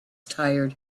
tired